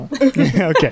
Okay